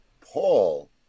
Paul